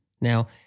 Now